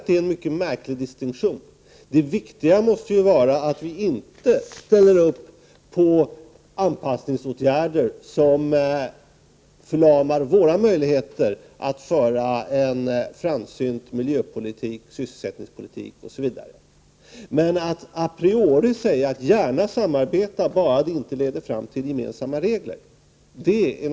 Det är en mycket märklig distinktion. Det viktiga måste ju vara att vi inte ställer upp på anpassningsåtgärder som förlamar våra möjligheter att föra en framsynt miljöoch sysselsättningspolitik osv. Att man a priori skulle säga att man gärna samarbetar bara det inte leder fram till gemensamma regler är litet Prot.